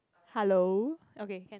hello okay can